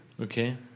Okay